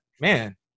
Man